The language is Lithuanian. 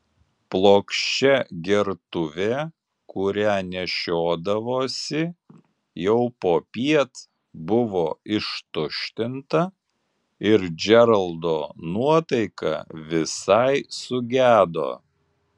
plokščia gertuvė kurią nešiodavosi jau popiet buvo ištuštinta ir džeraldo nuotaika visai sugedo